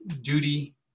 duty